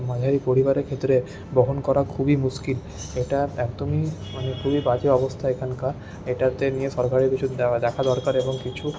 মাঝারি পরিবারের ক্ষেত্রে বহন করা খুবই মুশকিল এটা একদমই মানে খুবই বাজে অবস্থা এখানকার এটাতে নিয়ে সরকারের প্রচুর দেখা দরকার এবং কিছু